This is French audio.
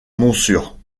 montsûrs